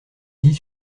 dit